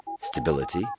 Stability